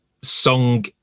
song